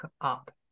up